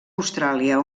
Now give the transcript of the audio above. austràlia